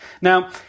Now